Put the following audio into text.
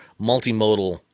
multimodal